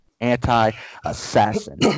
Anti-assassin